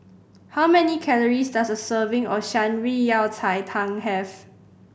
how many calories does a serving of Shan Rui Yao Cai Tang have